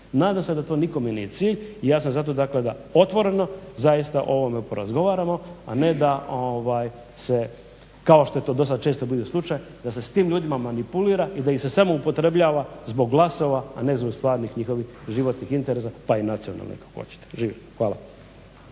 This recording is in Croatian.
Nadam se da to nikome nije cilj i ja sam za to dakle da otvoreno zaista o ovome porazgovaramo, a ne da se kao što je to dosad često bio slučaj da se s tim ljudima manipulira i da ih se samo upotrebljava zbog glasova, a ne zbog stvarnih njihovih životnih interesa pa i nacionalnih ako hoćete. Živjeli! Hvala.